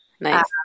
Nice